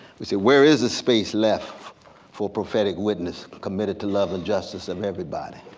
we say where is the space left for prophetic witness, committed to love and justice of everybody